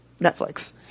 Netflix